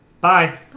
Bye